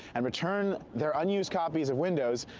and return their unused copies of windows.